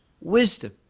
wisdom